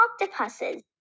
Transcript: octopuses